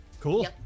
Cool